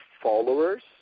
followers